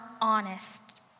honest